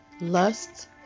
lust